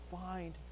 find